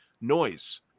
noise